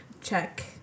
check